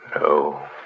No